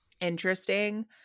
interesting